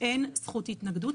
אין זכות התנגדות,